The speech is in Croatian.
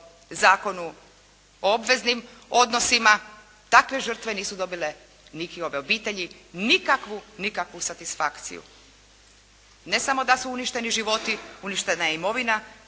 Zakonu o obveznim odnosima, takve žrtve nisu dobile niti ove obitelji nikakvu nikakvu satisfakciju. Ne samo da su uništeni životi, uništena je i imovina,